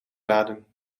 laden